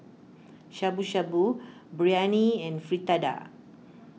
Shabu Shabu Biryani and Fritada